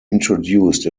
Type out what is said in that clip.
introduced